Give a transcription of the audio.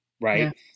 right